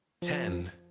Ten